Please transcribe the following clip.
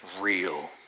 real